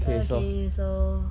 okay so